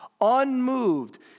unmoved